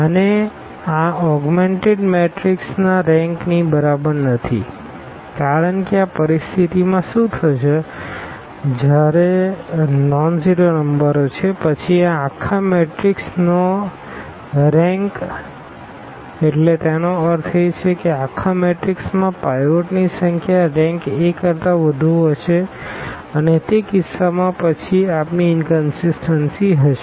અને આ આ ઓગ્મેનટેડ મેટ્રિક્સના રેંકની બરાબર નથી કારણ કે આ પરિસ્થિતિમાં શું થશે જ્યારે આનોનઝીરો નંબરો છે પછી આ આખા મેટ્રિક્સનો રેંક તેનો અર્થ એ કે આખા મેટ્રિક્સમાં પાઈવોટની સંખ્યા RankA કરતા વધુ હશે અને તે કિસ્સામાં પછી આપણી ઇનકનસીસટન્સી હશે